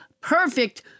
perfect